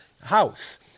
house